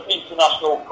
international